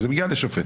זה מגיע לשופט.